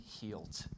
healed